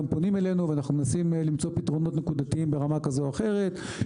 פונים אלינו ואנחנו מנסים למצוא פתרונות נקודתיים ברמה כזו או אחרת,